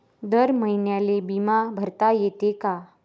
दर महिन्याले बिमा भरता येते का?